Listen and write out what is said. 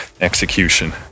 execution